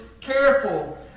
careful